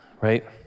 right